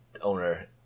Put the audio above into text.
owner